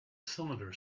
cylinder